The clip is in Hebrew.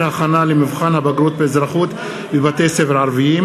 הכנה למבחן הבגרות באזרחות בבתי-ספר ערביים,